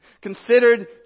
considered